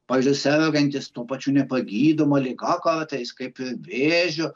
pavyzdžiui sergantys tuo pačiu nepagydoma liga kotais kaip ir vėžiu